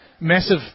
Massive